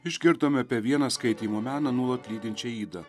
išgirdome apie vieną skaitymo meną nuolat lydinčią ydą